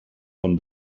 von